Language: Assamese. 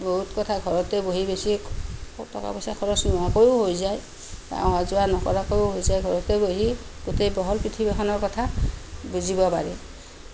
বহুত কথা ঘৰতে বহি বেছি টকা পইচা খৰচ নোহোৱাকৈও হৈ যায় অহা যোৱা নকৰাকৈয়ো হৈ যায় ঘৰতে বহি গোটেই বহল পৃথিৱীখনৰ কথা বুজিব পাৰি